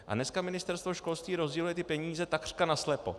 A dneska Ministerstvo školství rozděluje peníze takřka naslepo.